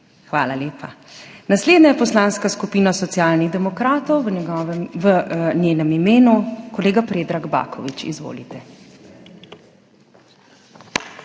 Hvala lepa. Naslednja je Poslanska skupina Socialnih demokratov, v njenem imenu kolega Predrag Baković. Izvolite.